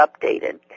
updated